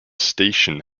station